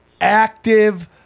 active